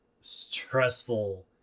stressful